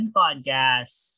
podcast